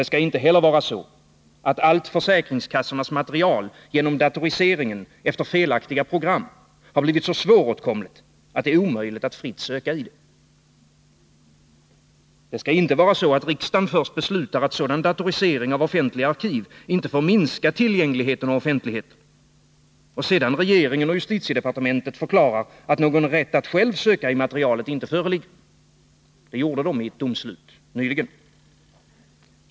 Det skall inte heller vara så, att allt försäkringskassornas material genom datoriseringen efter felaktiga program har blivit så svåråtkomligt att det är omöjligt att fritt söka i det. Det skall inte vara så, att riksdagen först beslutar att sådan datorisering av offentliga arkiv inte får minska tillgängligheten och offentligheten, och regeringen och justitiedepartementet sedan förklarar att någon rätt att själv söka i materialet inte föreligger — det gjorde de i ett domslut nyligen.